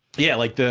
yeah, like,